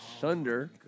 Thunder